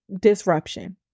disruption